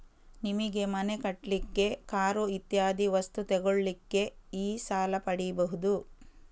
ನಿಮಿಗೆ ಮನೆ ಕಟ್ಲಿಕ್ಕೆ, ಕಾರು ಇತ್ಯಾದಿ ವಸ್ತು ತೆಗೊಳ್ಳಿಕ್ಕೆ ಈ ಸಾಲ ಪಡೀಬಹುದು